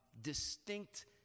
distinct